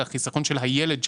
אלא על החיסכון של הילד שלך.